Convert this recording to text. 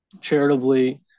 charitably